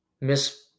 miss –